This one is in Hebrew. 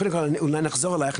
אולי נחזור אלייך.